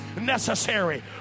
necessary